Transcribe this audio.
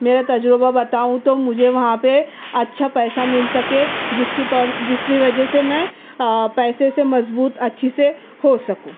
میرا تجربہ بتاؤں تو مجھے وہاں پہ اچھا پیسہ مل سکے جس کی طور جس کی وجہ سے میں پیسے سے مضبوط اچھی سے ہو سکوں